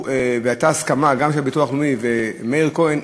והייתה הסכמה גם של הביטוח הלאומי ושל מאיר כהן,